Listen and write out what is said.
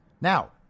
Now